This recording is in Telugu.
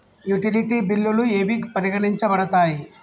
యుటిలిటీ బిల్లులు ఏవి పరిగణించబడతాయి?